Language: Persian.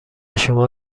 شما